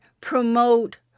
promote